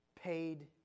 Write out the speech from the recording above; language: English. paid